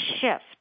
shift